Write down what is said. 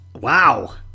Wow